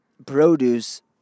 produce